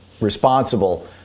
responsible